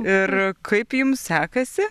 ir kaip jum sekasi